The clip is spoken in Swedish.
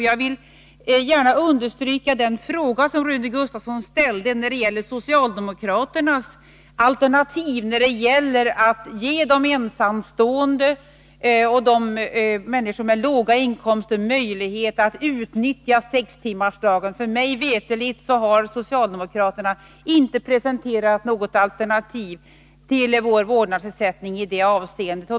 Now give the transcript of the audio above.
Jag vill gärna understryka den fråga som Rune Gustavsson ställde när det gäller socialdemokraternas alternativ för att ge ensamstående och människor med låga inkomster möjlighet att utnyttja sextimmarsdagen. Mig veterligt har socialdemokraterna inte presenterat något alternativ till vår vårdnadsersättning i det avseendet.